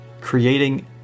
creating